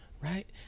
right